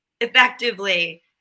effectively